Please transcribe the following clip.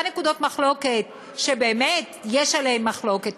נקודות מחלוקת שבאמת יש עליהן מחלוקת,